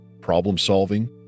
problem-solving